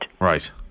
right